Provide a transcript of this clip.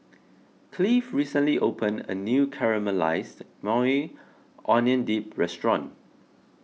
Cleave recently opened a new Caramelized Maui Onion Dip restaurant